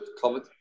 covered